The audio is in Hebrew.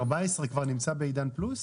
ערוץ 14 כבר נמצא בעידן פלוס?